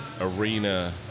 arena